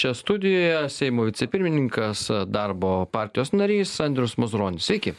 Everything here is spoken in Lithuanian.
čia studijoje seimo vicepirmininkas darbo partijos narys andrius mazuronis sveiki